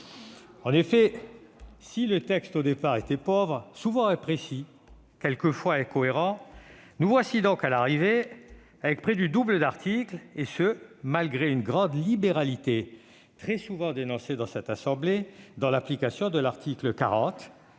En effet, si le texte initial était pauvre, souvent imprécis, quelquefois incohérent, nous voici à l'arrivée avec près du double d'articles, et ce malgré une grande libéralité, très souvent dénoncée dans l'hémicycle, dans l'application de l'article 40